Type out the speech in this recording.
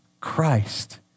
Christ